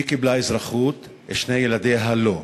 היא קיבלה אזרחות, שני ילדיה לא.